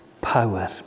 power